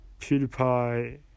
PewDiePie